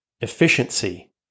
efficiency